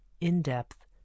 in-depth